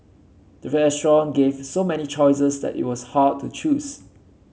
the restaurant gave so many choices that it was hard to choose